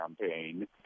campaign